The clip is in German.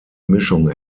mischung